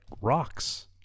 rocks